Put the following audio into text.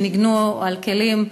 שניגנו על כלים,